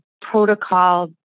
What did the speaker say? protocol